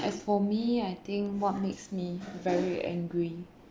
as for me I think what makes me very angry